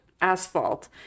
asphalt